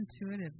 intuitive